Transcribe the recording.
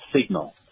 signal